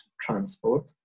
transport